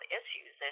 issues